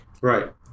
Right